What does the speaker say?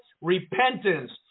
repentance